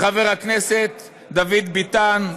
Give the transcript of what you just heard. לחבר הכנסת דוד ביטן,